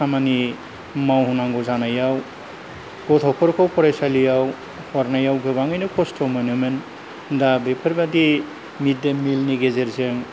खामानि मावहैनांगौ जानायाव गथ'फोरखौ फरायसालियाव हरनायाव गोबाङैनो खस्थ' मोनोमोन दा बेफोरबादि मिद दे मिल नि गेजेरजों